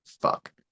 Fuck